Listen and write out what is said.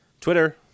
Twitter